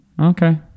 Okay